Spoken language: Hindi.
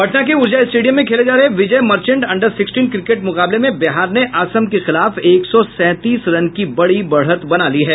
पटना के ऊर्जा स्टेडियम में खेले जा रहे Vijay Merchant under sixteen cricket मुकाबले में बिहार ने असम के खिलाफ एक सौ सैंतीस रन की बड़ी बढ़त बना ली है